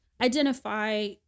identify